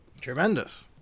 Tremendous